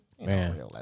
man